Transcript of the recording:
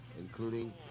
including